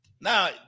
Now